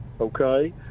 okay